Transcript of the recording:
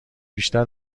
بیشتر